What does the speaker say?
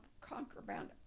contraband